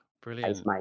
brilliant